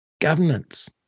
governance